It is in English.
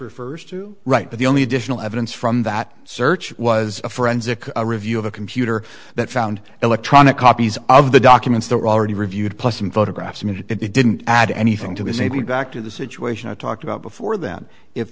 refers to right but the only additional evidence from that search was a forensic review of a computer that found electronic copies of the documents that were already reviewed plus some photographs and it didn't add anything to his say back to the situation i talked about before then if